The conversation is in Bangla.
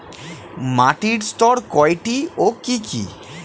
মাটির স্তর কয়টি ও কি কি?